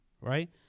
right